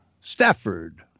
Stafford